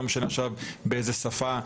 לא משנה עכשיו באיזו שפה.